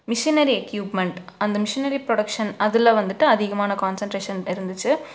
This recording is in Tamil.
மிஷினரி எக்கியூப்மெண்ட் அந்த மிஷினரி ஃப்ரொடக்ஷன் அதில் வந்துவிட்டு அதிகமான கான்சண்ட்ரேஷன் இருந்துச்சு